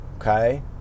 okay